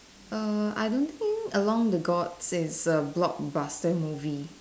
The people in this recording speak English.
err I don't think along the gods is a blockbuster movie